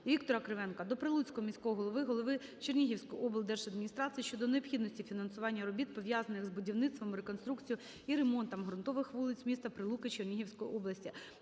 Віктора Кривенка до Прилуцького міського голови, голови Чернігівської облдержадміністрації щодо необхідності фінансування робіт, пов'язаних з будівництвом, реконструкцією і ремонтом ґрунтових вулиць міста Прилуки Чернігівської області.